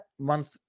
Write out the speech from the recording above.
month